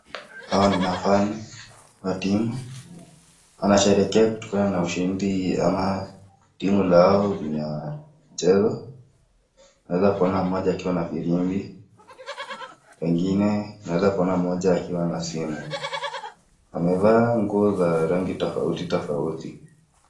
Hawa ni mafan wa timu. Wanasherehekea kutokana na ushindi wa timu yao kwa mchezo alafu namuona mmoja akiwa na firimbi. Wengine naweza kumuona mmoja akiwa na simu. Wawevaa nguo za rangi tofauti.